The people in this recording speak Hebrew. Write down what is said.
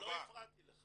לא הפרעתי לך.